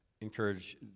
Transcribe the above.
encourage